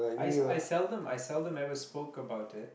I sell I seldom I seldom ever spoke about it